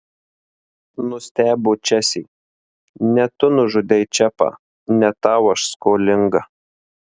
nustebo česė ne tu nužudei čepą ne tau aš skolinga